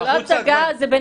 זו לא הצגה, זה בנפשם.